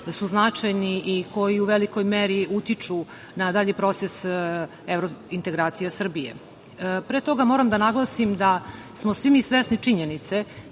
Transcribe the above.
da su značajni i koji u velikoj meri utiču na dalji proces evrointegracija Srbije. Pre toga, moram da naglasim da smo svi mi svesni činjenice